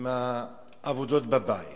עם העבודות בבית,